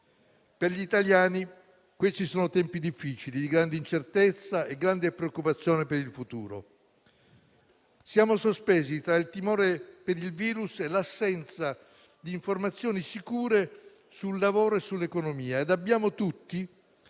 Per gli italiani questi sono tempi difficili, di grande incertezza e grande preoccupazione per il futuro. Siamo sospesi tra il timore per il virus e l'assenza di informazioni sicure sul lavoro e sull'economia e abbiamo tutti,